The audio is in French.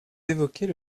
évoquez